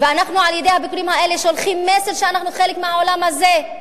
ועל-ידי הביקורים האלה שולחים מסר שאנחנו חלק מהעולם הזה,